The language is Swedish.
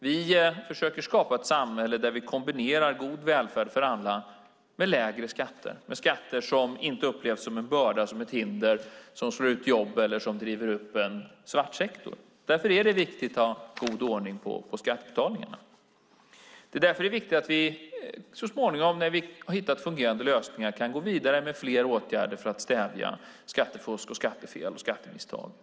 Vi försöker att skapa ett samhälle där vi kombinerar god välfärd för alla med lägre skatter och skatter som inte upplevs som en börda och ett hinder och som slår ut jobb eller driver upp en svartsektor. Därför är det viktigt att ha god ordning på skattebetalningarna. Det är också viktigt att vi så småningom när vi har hittat fungerande lösningar kan gå vidare med fler åtgärder för att stävja skattefusk, skattefel och skattemisstag.